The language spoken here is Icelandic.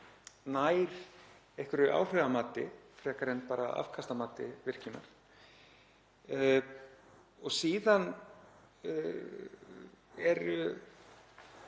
nær einhverju áhrifamati frekar en bara afkastamati virkjunar. Síðan er